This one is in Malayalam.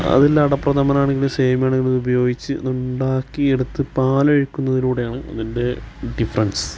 അതിലടപ്രഥമനാണെങ്കിലും സേമിയാണെങ്കിലും ഉപയോഗിച്ച് ഉണ്ടാക്കി എടുത്ത് പാലൊഴിക്കുന്നതിലൂടെയാണ് അതിന്റെ ഡിഫ്രൻസ്